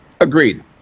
Agreed